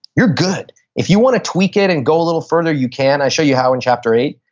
you're good. if you want to tweak it and go a little further you can. i show you how in chapter eight.